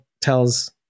tells